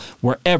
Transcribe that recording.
wherever